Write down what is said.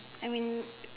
I mean